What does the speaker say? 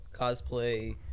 cosplay